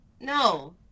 no